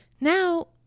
Now